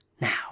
now